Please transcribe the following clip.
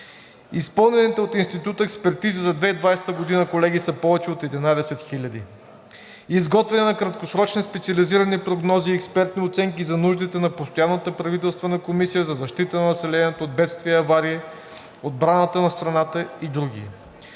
Изпълнените от Института експертизи за 2020 г., колеги, са повече от 11 хиляди: изготвяне на краткосрочни и специализирани прогнози и експертни оценки за нуждите на Постоянната правителствена комисия за защита на населението от бедствия и аварии, отбраната на страната и други;